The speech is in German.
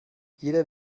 jeder